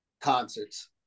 Concerts